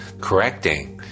correcting